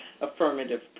affirmative